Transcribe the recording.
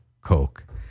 Coke